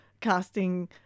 casting